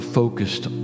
focused